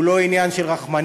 הוא לא עניין של רחמנים,